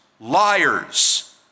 liars